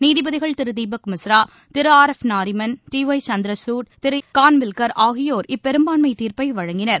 நீதிபதிகள் Thiru Deepak Misra Thiru R F Nariman D Y Chandrachud Thiru A M Khanwilkar ஆகியோர் இப்பெரும்பான்மை தீர்ப்பை வழங்கினர்